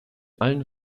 allen